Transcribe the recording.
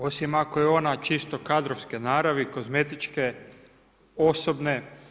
Osim ako je ona čisto kadrovske naravi, kozmetičke, osobne.